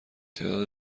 تعداد